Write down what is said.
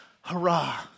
hurrah